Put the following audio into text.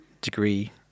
degree